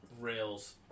rails